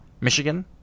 Michigan